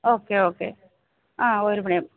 okay okay ആ ഒരു മണി